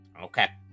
Okay